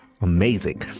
amazing